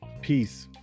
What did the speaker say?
peace